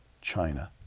China